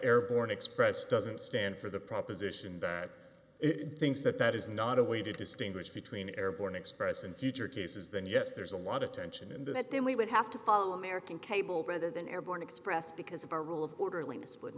airborne express doesn't stand for the proposition that things that that is not a way to distinguish between airborne express and future cases then yes there's a lot of tension and then we would have to follow american rather than airborne express because of our rule of quarterly